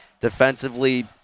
Defensively